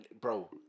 bro